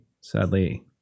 Sadly